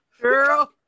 Girl